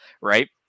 right